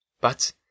But